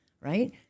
right